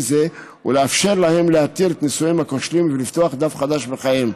זה ולאפשר להם להתיר את נישואיהם הכושלים ולפתוח דף חדש בחייהם.